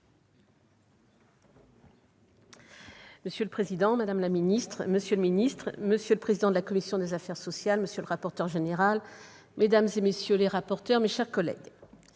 Monsieur le président, madame la ministre, monsieur le secrétaire d'État, monsieur le président de la commission des affaires sociales, monsieur le rapporteur général, mesdames, messieurs les rapporteurs, mes chers collègues,